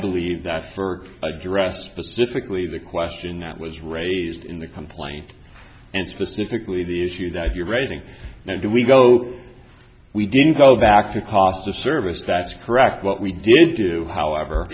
believe that for address specifically the question that was raised in the complaint and specifically the issue that you're raising now do we go we didn't go back to cost the service back to correct what we did do however